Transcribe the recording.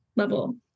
level